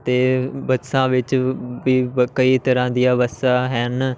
ਅਤੇ ਬੱਸਾਂ ਵਿੱਚ ਵੀ ਬ ਕਈ ਤਰ੍ਹਾਂ ਦੀਆਂ ਬੱਸਾਂ ਹਨ